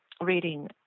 reading